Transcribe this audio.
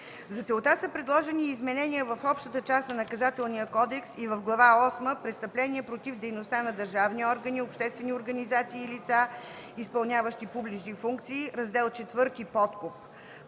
За целта са предложени и изменения в общата част на Наказателния кодекс и в Глава осма – „Престъпления против дейността на държавни органи, обществени организации и лица, изпълняващи публични функции”, Раздел IV – „Подкуп”.